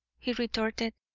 he retorted,